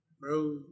Bro